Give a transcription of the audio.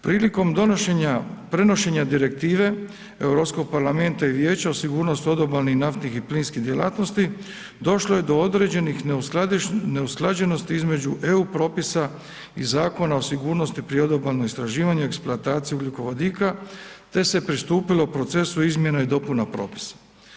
Prilikom donošenja, prenošenja Direktive Europskog parlamenta i vijeća o sigurnosti odobalnih naftnih i plinskih djelatnosti došlo je do određenih neusklađenosti između EU propisa i Zakona o sigurnosti pri odobalno istraživanje i eksploataciji ugljikovodika, te se pristupilo procesu izmjene i dopuna propisa.